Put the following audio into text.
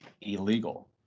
illegal